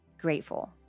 grateful